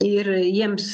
ir jiems